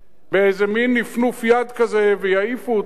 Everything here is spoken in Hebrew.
באיזה מין נפנוף יד כזה ויעיפו אותם,